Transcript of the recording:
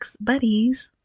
buddies